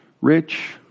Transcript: rich